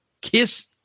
KISS